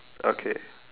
okay